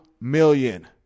million